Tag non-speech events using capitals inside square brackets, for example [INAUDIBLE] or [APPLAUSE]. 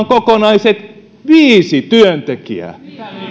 [UNINTELLIGIBLE] kokonaiset viisi työntekijää